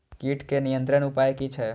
कीटके नियंत्रण उपाय कि छै?